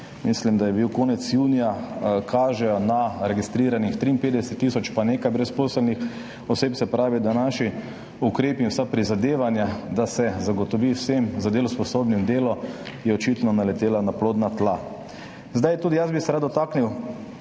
mislim, da iz konca junija, kažejo na registriranih 53 tisoč pa nekaj brezposelnih oseb. Se pravi, da so naši ukrepi in vsa prizadevanja, da se zagotovi vsem za delo sposobnim delo, očitno padli na plodna tla. Tudi jaz bi se rad dotaknil